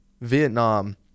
Vietnam